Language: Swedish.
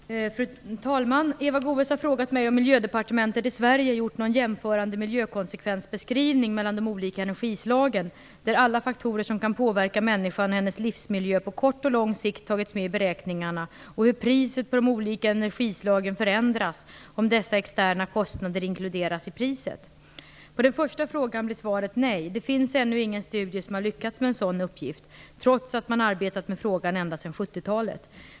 Fru talman! Eva Goës har frågat mig om Miljödepartementet i Sverige har gjort någon jämförande miljökonsekvensbeskrivning mellan de olika energislagen, där alla faktorer som kan påverka människan och hennes livsmiljö på kort och lång sikt tagits med i beräkningarna, och hur priset på de olika energislagen förändras om dessa externa kostnader inkluderas i priset. På den första frågan blir svaret nej. Det finns ännu ingen studie som har lyckats med en sådan uppgift, trots att man har arbetat med frågan ända sedan 1970 talet.